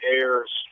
airs